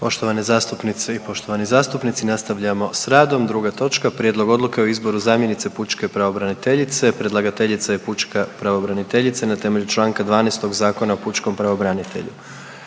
Poštovane zastupnice i poštovani zastupnici nastavljamo sa radom. Druga točka - Prijedlog odluke o izboru zamjenice pučke pravobraniteljice Predlagateljica: Pučka pravobraniteljica na temelju članka 12. Zakona o pučkom pravobranitelju.